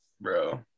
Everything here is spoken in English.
Bro